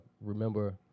remember